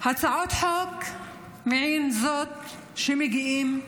הצעות חוק מעין זאת, שמגיעות,